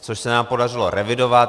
Což se nám podařilo revidovat.